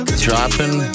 dropping